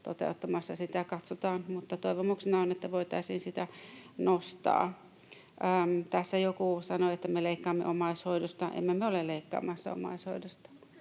toteuttamassa sitä — katsotaan. Mutta toivomuksena on, että voitaisiin sitä nostaa. Tässä joku sanoi, että me leikkaamme omaishoidosta. Emme me ole leikkaamassa omaishoidosta.